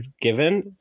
given